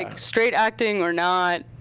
ah straight acting or not,